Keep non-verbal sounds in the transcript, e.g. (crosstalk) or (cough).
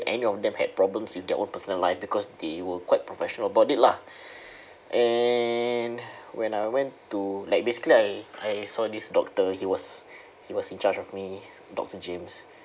any of them had problems with their own personal life because they were quite professional about it lah (breath) and when I went to like basically I I saw this doctor he was he was in charge of me doctor james